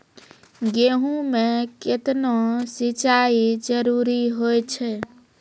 गेहूँ म केतना सिंचाई जरूरी होय छै?